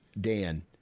Dan